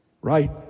right